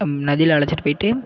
நதியில் அழைச்சிட்டு போயிட்டு